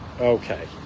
okay